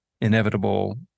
inevitable